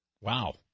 Wow